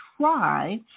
try